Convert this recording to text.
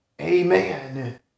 amen